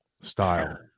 style